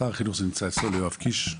שר החינוך זה נמצא אצלו, יואב קיש,